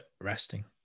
resting